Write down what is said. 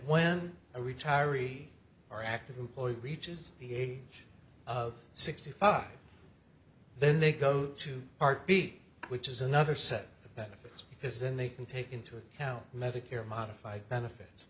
when a retiree or active employee reaches the age of sixty five then they go to heart beat which is another set of benefits because then they can take into account medicare modified benefits